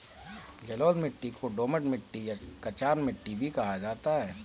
जलोढ़ मिट्टी को दोमट मिट्टी या कछार मिट्टी भी कहा जाता है